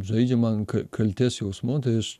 žaidžiama an kaltės jausmu tai aš